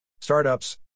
Startups